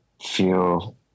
feel